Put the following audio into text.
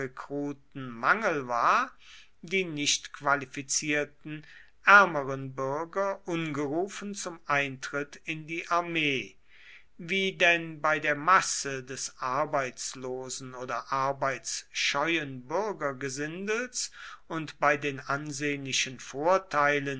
bürgerrekruten mangel war die nichtqualifizierten ärmeren bürger ungerufen zum eintritt in die armee wie denn bei der masse des arbeitslosen oder arbeitsscheuen bürgergesindels und bei den ansehnlichen vorteilen